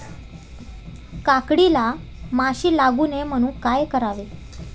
काकडीला माशी लागू नये म्हणून काय करावे?